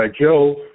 Joe